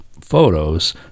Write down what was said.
photos